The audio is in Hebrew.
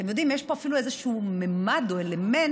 אתם יודעים, יש פה אפילו איזשהו ממד או אלמנט